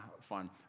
fun